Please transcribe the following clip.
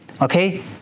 okay